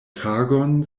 tagon